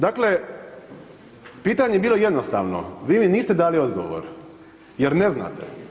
Dakle, pitanje je bilo jednostavno, vi mi niste dali odgovor jer ne znate.